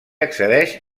accedeix